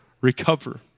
recover